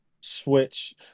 Switch